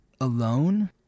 alone